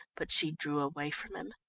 but she drew away from him.